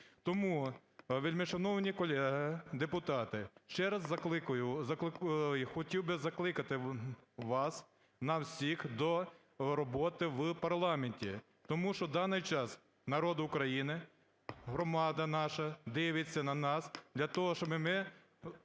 Тому, вельмишановні колеги депутати, ще раз закликаю, хотів би закликати вас, нас всіх, до роботи в парламенті. Тому що в даний час народ України, громада наша дивиться на нас для того, щоби ми